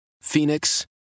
Phoenix